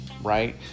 right